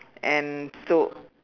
and so